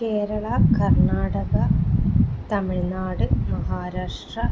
Keralam Karnataka Tamil Nadu Maharashtra